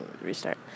restart